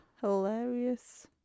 hilarious